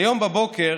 היום בבוקר